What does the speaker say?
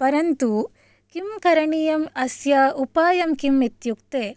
परन्तु किं करणीयम् अस्य उपायं किं इत्युक्ते